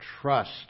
trust